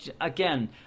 again